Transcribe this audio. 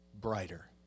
brighter